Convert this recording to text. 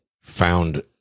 found